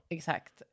Exakt